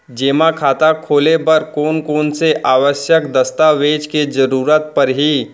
जेमा खाता खोले बर कोन कोन से आवश्यक दस्तावेज के जरूरत परही?